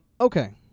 Okay